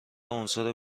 عنصر